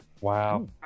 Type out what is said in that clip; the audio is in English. Wow